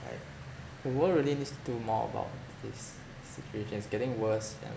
right the world really needs to do more about this situation it's getting worse and